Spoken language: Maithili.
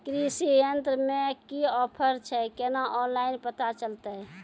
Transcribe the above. कृषि यंत्र मे की ऑफर छै केना ऑनलाइन पता चलतै?